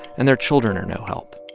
and their children are no help